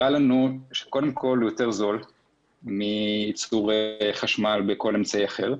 הראה לנו שקודם כל הוא יותר זול מייצור חשמל בכל אמצעי אחר.